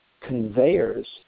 conveyors